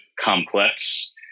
complex